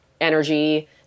energy